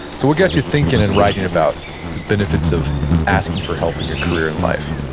so what got you thinking in writing about the benefits of asking for help in your career and life?